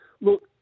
look